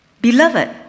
Beloved